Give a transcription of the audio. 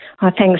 Thanks